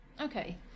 okay